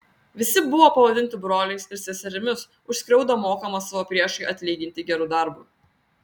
visi buvo pavadinti broliais ir seserimis už skriaudą mokoma savo priešui atlyginti geru darbu